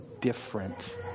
different